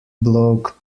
bloke